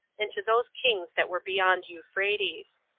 and to those kings that were beyond euphrates.